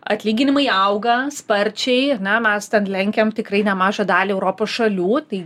atlyginimai auga sparčiai na mes ten lenkiam tikrai nemažą dalį europos šalių tai